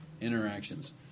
interactions